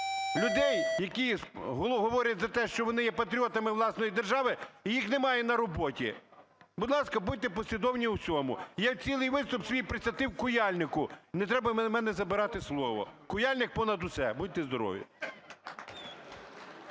людей, які говорять за те, що вони є патріотами власної держави, їх немає на роботі. Будь ласка, будьте послідовні в усьому. Я цілий виступ свій присвятив "Куяльнику", не треба в мене забирати слово. "Куяльник" – понад усе, будь здорові!